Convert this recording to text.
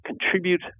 contribute